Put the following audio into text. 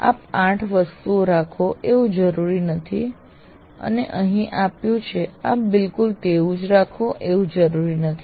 આપ 8 વસ્તુઓ રાખો એવું જરૂરી નથી અને અહીં આપ્યું છે આપ બિલકુલ તેવું જ રાખો એવું જરૂરી નથી